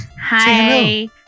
Hi